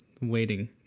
waiting